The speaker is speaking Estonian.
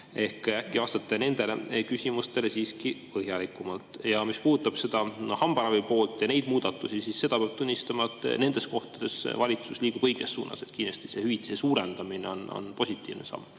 Äkki vastate nendele küsimustele siiski põhjalikumalt? Mis puudutab seda hambaravi poolt ja neid muudatusi, siis peab tunnistama, et nendes kohtades valitsus liigub õiges suunas – kindlasti see hüvitise suurendamine on positiivne samm.